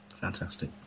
fantastic